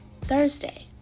Thursday